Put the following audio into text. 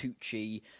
tucci